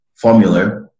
formula